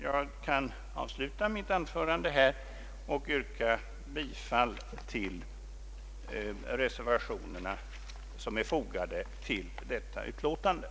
Jag kan avsluta mitt anförande här och yrka bifall till de reservationer som är fogade till utlåtandet.